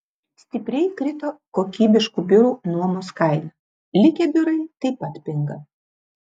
stipriai krito kokybiškų biurų nuomos kaina likę biurai taip pat pinga